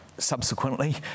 subsequently